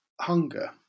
hunger